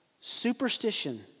Superstition